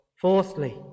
Fourthly